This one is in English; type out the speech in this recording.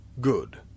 Good